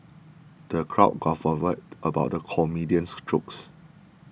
the crowd guffawed about the comedian's jokes